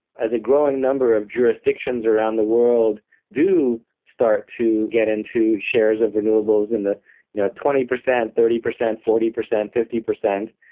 as a growing number of jurisdictions around the world do start to get into shares of renewables in the you know twenty percent, thirty percent, forty percent, fifty percent,